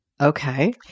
Okay